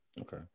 Okay